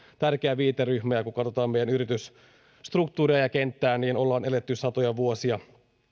tärkeä viiteryhmä ja kun katsotaan meidän yritysstruktuuria ja kenttää niin ollaan eletty satoja vuosia